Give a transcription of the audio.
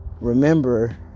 remember